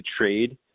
trade